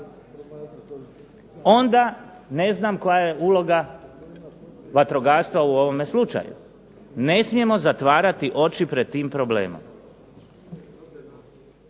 onda ne znam koja je uloga vatrogastva u ovome slučaju. Ne smijemo zatvarati oči pred tim problemom.